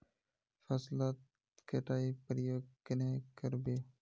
फसल कटाई प्रयोग कन्हे कर बो?